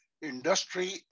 industry